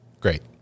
Great